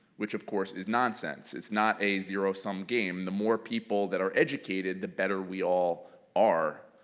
which of course is nonsense. it's not a zero sum game. the more people that are educated, the better we all are,